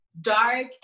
dark